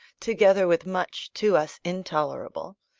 together with much, to us intolerable,